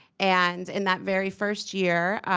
and in that very first year,